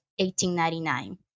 1899